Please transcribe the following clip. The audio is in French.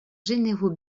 généraux